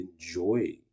enjoy